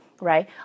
right